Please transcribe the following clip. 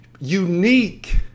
Unique